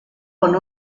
con